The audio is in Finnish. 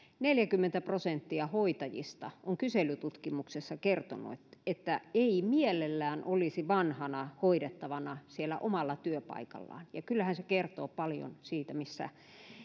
neljäkymmentä prosenttia hoitajista on kyselytutkimuksessa kertonut että että ei mielellään olisi vanhana hoidettavana siellä omalla työpaikallaan kyllähän se kertoo paljon siitä missä